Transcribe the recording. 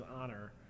honor